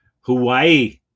Hawaii